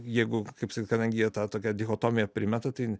jeigu kaip sakyt kadangi jie tą tokią dichotomiją primeta tai